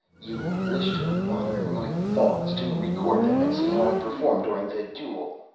you wish to monitor my thoughts. to record them and see how i perform during the duel.